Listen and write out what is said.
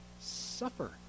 suffer